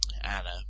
Anna